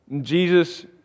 Jesus